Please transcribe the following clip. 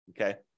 okay